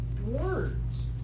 words